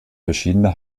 verschiedene